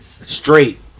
straight